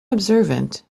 observant